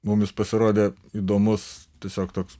mum jis pasirodė įdomus tiesiog toks